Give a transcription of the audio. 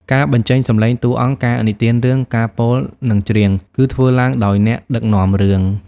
ការបញ្ចេញសំឡេង តួអង្គ ការនិទានរឿង ការពោល និងច្រៀង គឺធ្វើឡើងដោយ អ្នកដឹកនាំរឿង។